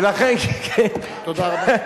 ולכן, תודה רבה.